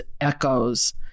echoes